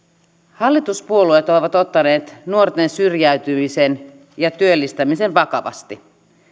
hallituspuolueet ovat ottaneet nuorten syrjäytymisen ja työllistämisen vakavasti